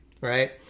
Right